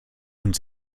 und